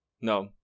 no